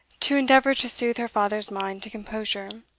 to endeavour to soothe her father's mind to composure.